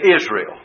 Israel